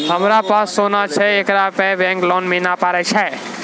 हमारा पास सोना छै येकरा पे बैंक से लोन मिले पारे छै?